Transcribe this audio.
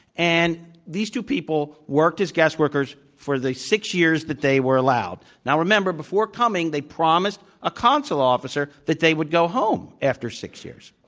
and these two people worked as guest workers for the six years that they were allowed. now, remember, before coming, they promised a consul officer that they would go home after six years.